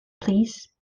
please